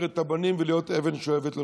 את הבנים ולהיות אבן שואבת לנוספים.